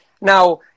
now